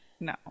No